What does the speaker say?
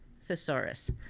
thesaurus